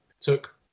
took